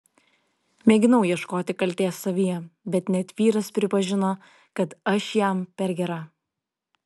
mėginau ieškoti kaltės savyje bet net vyras pripažino kad aš jam per gera